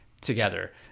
together